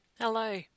Hello